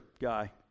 guy